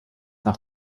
nach